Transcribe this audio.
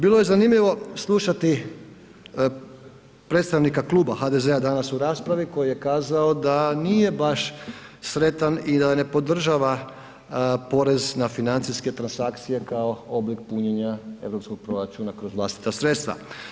Bilo je zanimljivo slušati predstavnika klub HDZ-a danas u raspravi koji je kazao da nije baš sretan i da ne podržava porez na financijske transakcije kao oblik punjenja europskog proračuna kroz vlastita sredstva.